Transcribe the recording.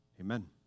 Amen